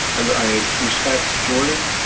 i respect jordan,